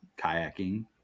kayaking